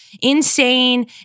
insane